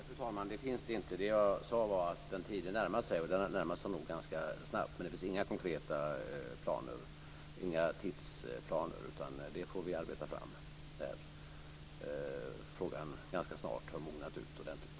Fru talman! Det finns det inte. Det som jag sade var att den tiden närmar sig, och den närmar sig nog ganska snabbt. Men det finns inga konkreta tidsplaner, utan sådana får vi arbeta fram när frågan ganska snart har mognat ordentligt.